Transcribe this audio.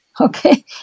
Okay